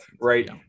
Right